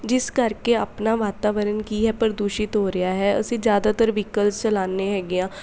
ਜਿਸ ਕਰਕੇ ਆਪਣਾ ਵਾਤਾਵਰਨ ਕੀ ਹੈ ਪ੍ਰਦੂਸ਼ਿਤ ਹੋ ਰਿਹਾ ਹੈ ਅਸੀਂ ਜ਼ਿਆਦਾਤਰ ਵਹੀਕਲਸ ਚਲਾਉਣੇ ਹੈਗੇ ਹਾਂ